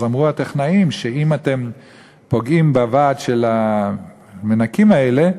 אמרו הטכנאים: אם אתם פוגעים בוועד של המנקים האלה,